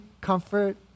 comfort